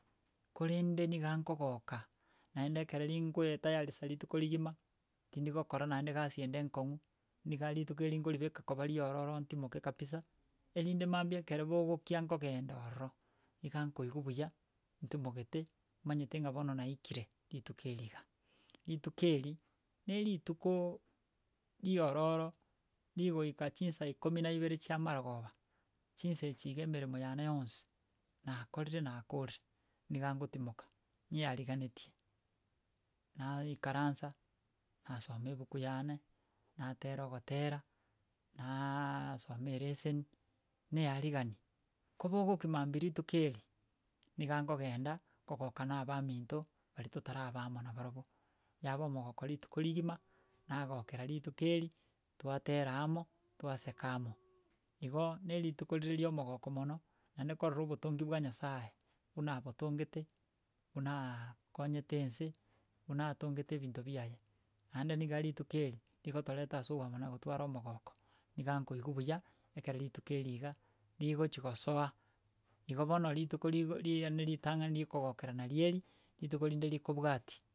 Korende niga nkogoka, naende ekere ri goetayarisha rituko rigima tindi gokora naende gasi ende enkong'u niga rituko erio nkoribeka koba riororo ntimoke kabisa, erinde mambia ekere bogokia nkogenda ororo iga nkoigwa buya ntimogete manyete ng'a bono naikire rituko erio iga. Rituko eri na rituko riororo rigoika chinsa ikomi na ibere chia amarogoba chinsa echi iga emeremo yane yonsi nakorire nakorire niga gotimoka nyiariganetie, naikaransa nasoma ebuku yane, natera ogotera naaaaasoma ereseni naearigania. Ko bogokia mambia rituko eri, niga nkogenda kogoka na abaminto baria totaraba amo na barabwo, yaba omogoko rituko rigima nagokera rituko eri twatera amo twaseka amo. Igo na rituko rire rio omogoko mono naende korora obotongi bwa nyasaye buna abotongete bunaaa akonyete ense buna atongete ebinto biaye, aende niga rituko eri rigotoreta ase obwamo na gotwara omogoko, niga nkoigwa buya ekere rituko eri iga rigochi gosoa. Igo bono rituko rigo riaane ritang'ani kogokera narieri, rituko rinde rikobwatia.